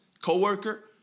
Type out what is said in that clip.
co-worker